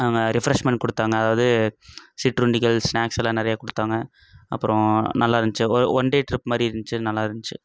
அங்கே ரெஃப்ரெஷ்மெண்ட் கொடுத்தாங்க அதாவது சிற்றுண்டிகள் ஸ்நாக்ஸ் அதெல்லாம் நிறையா கொடுத்தாங்க அப்பறம் நல்லா இருந்துச்சு ஒ ஒன் டே டிரிப் மாதிரி இருந்துச்சு நல்லாயிருந்துச்சு